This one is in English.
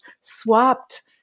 swapped